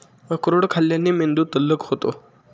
अक्रोड खाल्ल्याने मेंदू तल्लख होतो